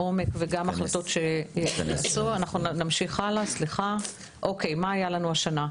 מה היה לנו השנה?